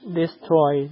destroy